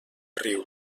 riu